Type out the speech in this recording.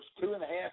two-and-a-half